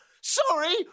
Sorry